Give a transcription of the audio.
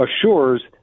assures